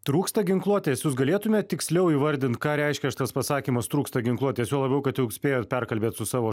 trūksta ginkluotės galėtumėt tiksliau įvardint ką reiškia šitas pasakymas trūksta ginkluotės juo labiau kad jau spėjot perkalbėt su savo